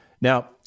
Now